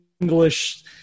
English